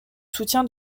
soutien